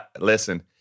Listen